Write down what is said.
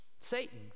satan